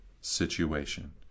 situation